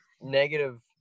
negative